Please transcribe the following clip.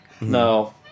no